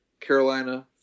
Carolina